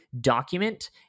document